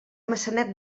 maçanet